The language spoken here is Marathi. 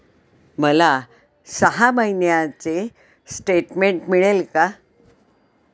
मला सहा महिन्यांचे स्टेटमेंट मिळेल का?